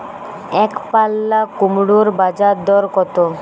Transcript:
একপাল্লা কুমড়োর বাজার দর কত?